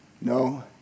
No